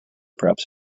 perhaps